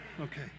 okay